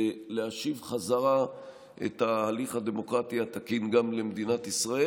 ולהשיב בחזרה את ההליך הדמוקרטי התקין גם למדינת ישראל,